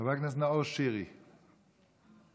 חבר הכנסת נאור שירי, בבקשה.